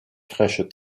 crèches